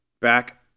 Back